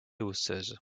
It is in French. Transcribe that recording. osseuse